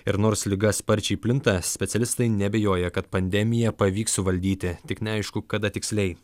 ir nors liga sparčiai plinta specialistai neabejoja kad pandemiją pavyks suvaldyti tik neaišku kada tiksliai